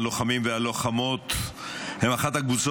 הלוחמים והלוחמות הם אחת הקבוצות